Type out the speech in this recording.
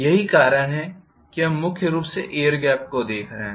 यही कारण है हम मुख्य रूप से एयर गेप को देख रहे हैं